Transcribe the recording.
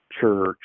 church